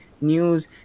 News